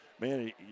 Man